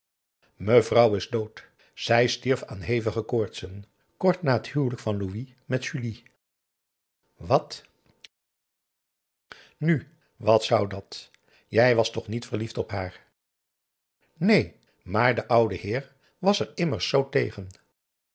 mevrouw is dood zij stierf aan hevige koortsen kort na het huwelijk van louis met julie wat p a daum hoe hij raad van indië werd onder ps maurits nu wat zou dat jij was toch niet verliefd op haar neen maar de oude heer was er immers zoo tegen